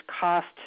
cost